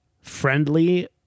friendly